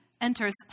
enters